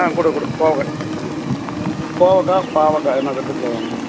ஆ கொடு கொடு கோவக்காய் கோவக்காய் பாவக்காய் எதனா ரெண்டுத்தில் எதனா ஒன்று கொடு